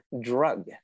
drug